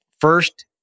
first